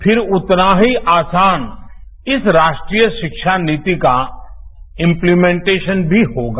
फिर उतना ही आसान इस राष्ट्रीय शिक्षा नीति का इम्पलीमेन्टेशन भी होगा